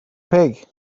pig